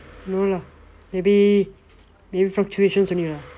no lah maybe maybe fluctuations only lah